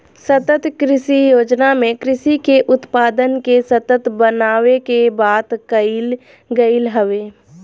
सतत कृषि योजना में कृषि के उत्पादन के सतत बनावे के बात कईल गईल हवे